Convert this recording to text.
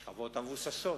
השכבות המבוססות.